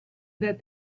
that